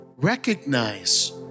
recognize